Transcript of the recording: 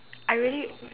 I really